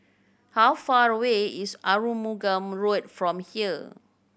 how far away is Arumugam Road from here